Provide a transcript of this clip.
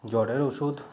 জ্বরের ওষুধ